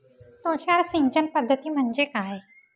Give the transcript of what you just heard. तुषार सिंचन पद्धती म्हणजे काय?